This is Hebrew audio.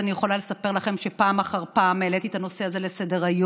אני יכולה לספר לכם שפעם אחר פעם העליתי את הנושא הזה לסדר-היום,